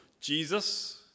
Jesus